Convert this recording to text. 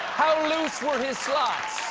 how loose were his slots?